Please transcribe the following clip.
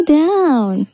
down